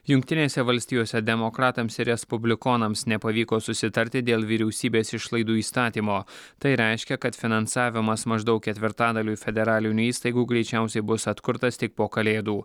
jungtinėse valstijose demokratams ir respublikonams nepavyko susitarti dėl vyriausybės išlaidų įstatymo tai reiškia kad finansavimas maždaug ketvirtadaliui federalinių įstaigų greičiausiai bus atkurtas tik po kalėdų